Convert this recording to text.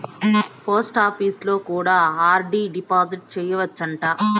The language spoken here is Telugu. పోస్టాపీసులో కూడా ఆర్.డి డిపాజిట్ సేయచ్చు అంట